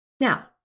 Now